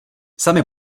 sami